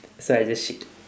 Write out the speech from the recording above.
so I just shit